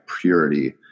purity